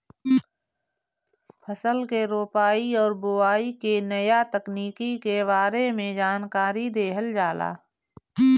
फसल के रोपाई और बोआई के नया तकनीकी के बारे में जानकारी देहल जाला